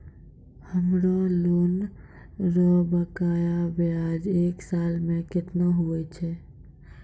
हमरो लोन रो बकाया ब्याज एक साल मे केतना हुवै छै?